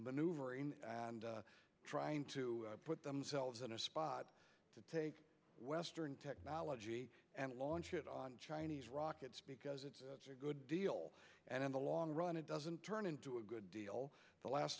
maneuvering and trying to put themselves in a spot to take western technology and launch it on chinese rockets because it's a good deal and in the long run it doesn't turn into a good deal the last